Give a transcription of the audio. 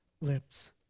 lips